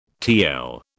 TL